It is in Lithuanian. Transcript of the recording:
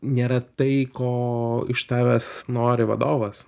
nėra tai ko iš tavęs nori vadovas